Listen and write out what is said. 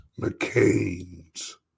McCain's